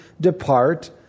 depart